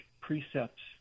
precepts